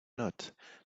not